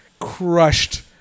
Crushed